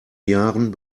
jahren